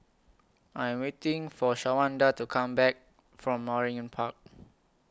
I Am waiting For Shawanda to Come Back from Waringin Park